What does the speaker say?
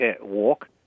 walk